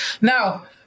now